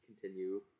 continue